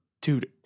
dude